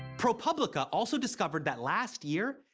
propublica also discovered that last year,